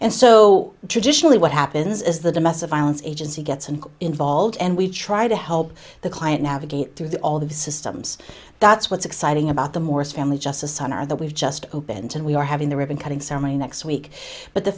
and so traditionally what happens is the domestic violence agency gets and involved and we try to help the client navigate through that all the systems that's what's exciting about the morris family justice on our that we've just opened and we are having the ribbon cutting ceremony next week but the